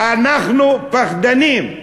אנחנו פחדנים.